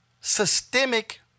systemic